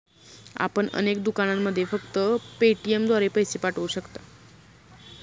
आपण अनेक दुकानांमध्ये फक्त पेटीएमद्वारे पैसे पाठवू शकता